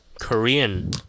Korean